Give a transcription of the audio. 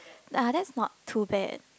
ah that's not too bad